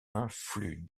influent